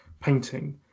painting